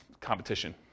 competition